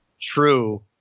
true